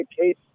case